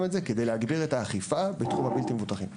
את זה כדי להגביר את האכיפה בתחום הבלתי מבוטחים.